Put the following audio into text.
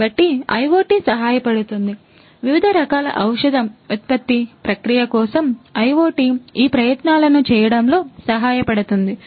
కాబట్టి IoT సహాయపడుతుంది వివిధ రకాల ఔషధ ఉత్పత్తి ప్రక్రియ కోసం IoT ఈ ప్రయత్నాలను చేయడంలో సహాయపడుతుంది